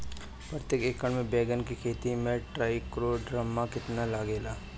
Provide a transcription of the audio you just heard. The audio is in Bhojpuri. प्रतेक एकर मे बैगन के खेती मे ट्राईकोद्रमा कितना लागेला?